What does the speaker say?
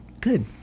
Good